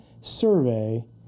survey